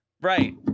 Right